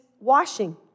washing